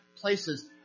places